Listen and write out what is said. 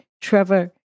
Trevor